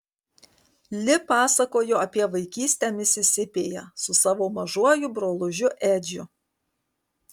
li pasakojo apie vaikystę misisipėje su savo mažuoju brolužiu edžiu